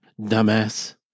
dumbass